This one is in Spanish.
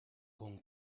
con